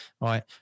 Right